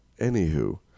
anywho